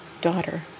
daughter